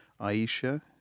Aisha